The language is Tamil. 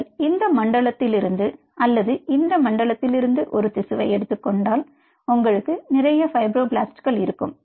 நீங்கள் இந்த மண்டலத்திலிருந்து அல்லது இந்த மண்டலத்திலிருந்து ஒரு திசுவை எடுத்துக் கொண்டால் உங்களுக்கு நிறைய ஃபைப்ரோபிளாஸ்ட்கள் இருக்கும்